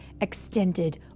extended